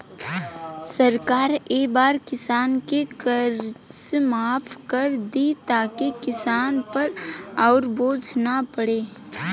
सरकार ए बार किसान के कर्जा माफ कर दि ताकि किसान पर अउर बोझ ना पड़े